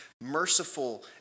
merciful